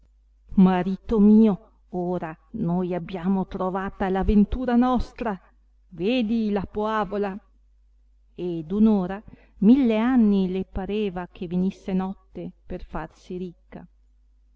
marito mio ora noi abbiamo trovata la ventura nostra vedi la poavola ed un'ora mille anni le pareva che venisse notte per farsi ricca